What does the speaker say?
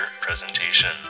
presentation